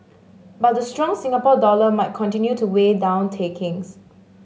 but the strong Singapore dollar might continue to weigh down takings